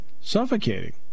suffocating